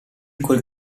quel